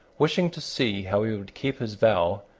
wishing to see how he would keep his vow,